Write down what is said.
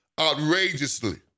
outrageously